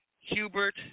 Hubert